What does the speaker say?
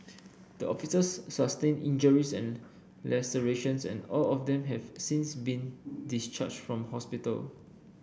the officers sustained injuries and lacerations and all of them have since been discharged from hospital